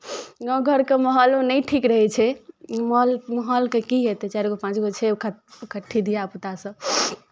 गाँव घरके माहौलो नहि ठीक रहै छै माहौल माहौलके की हेतै चारि गो पाँच गो छै उखऽ उकठ्ठी धियापुतासभ